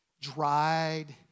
dried